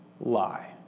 lie